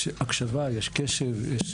הקשבה יש קשב.